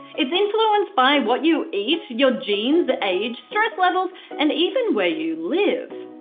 it's influenced by what you eat, your genes, age, stress levels an even where you live.